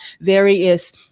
various